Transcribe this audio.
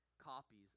copies